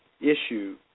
issue